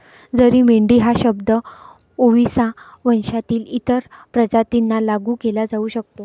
जरी मेंढी हा शब्द ओविसा वंशातील इतर प्रजातींना लागू केला जाऊ शकतो